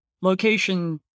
location